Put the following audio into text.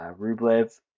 Rublev